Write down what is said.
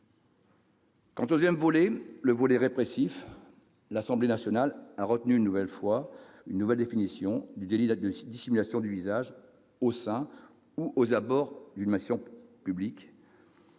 Quant au second volet- le volet répressif -, l'Assemblée nationale a retenu une nouvelle définition du délit de dissimulation du visage au sein ou aux abords d'une manifestation publique,